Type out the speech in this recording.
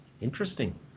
Interesting